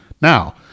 Now